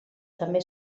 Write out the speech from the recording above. també